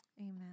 Amen